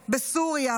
בסוריה,